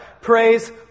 praise